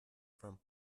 from